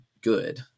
good